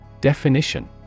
Definition